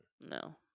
No